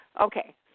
Okay